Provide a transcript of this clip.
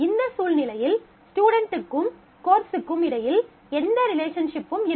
இந்த சூழ்நிலையில் ஸ்டுடென்ட்டுக்கும் கோர்ஸுக்கும் இடையில் எந்த ரிலேஷன்ஷிப்பும் இல்லை